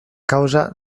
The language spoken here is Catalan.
causa